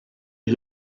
est